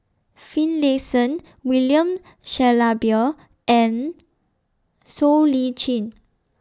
Finlayson William Shellabear and Siow Lee Chin